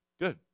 Good